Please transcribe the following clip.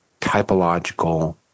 typological